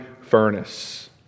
furnace